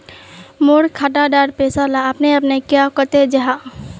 मोर खाता डार पैसा ला अपने अपने क्याँ कते जहा?